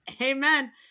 Amen